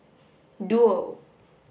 duo